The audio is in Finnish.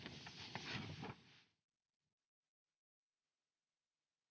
Kiitos.